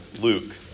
luke